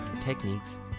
techniques